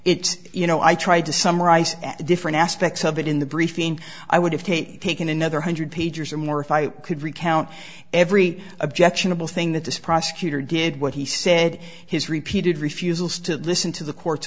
it you know i tried to summarize the different aspects of it in the briefing i would have taken another hundred pages or more if i could recount every objectionable thing that this prosecutor did what he said his repeated refusals to listen to the court